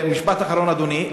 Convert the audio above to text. רק משפט אחרון, אדוני.